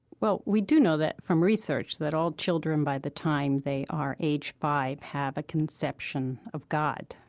well, we do know that, from research, that all children by the time they are age five have a conception of god,